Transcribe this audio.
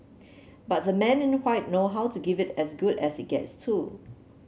but the men in know how to give it as good as it gets too